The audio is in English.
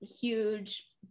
huge